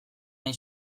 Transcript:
nahi